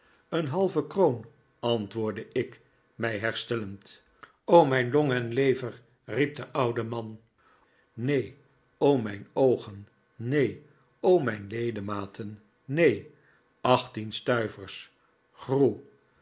een halve kroon antwoordde ik mij herstellend mijn long en lever riep de oude man neen o mijn oogen neen o mijn ledematen neen achttien stuivers